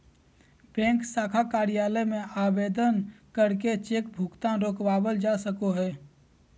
bank शाखा कार्यालय में आवेदन करके चेक भुगतान रोकवा सको हय